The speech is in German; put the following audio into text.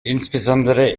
insbesondere